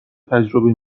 تجربه